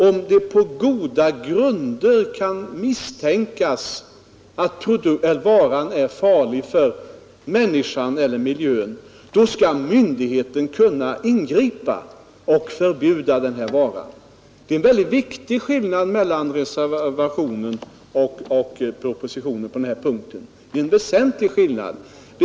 Om det på goda grunder kan misstänkas att varan är farlig för människor eller för miljön, så anser jag att myndigheterna skall kunna ingripa och förbjuda varan. Där är det en väldigt viktig skillnad mellan propositionen och reservationen.